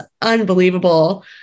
unbelievable